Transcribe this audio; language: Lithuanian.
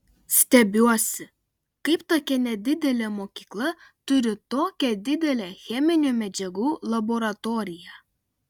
stebiuosi kaip tokia nedidelė mokykla turi tokią didelę cheminių medžiagų laboratoriją